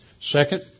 Second